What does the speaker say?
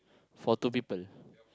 photo people